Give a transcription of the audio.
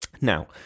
Now